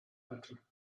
better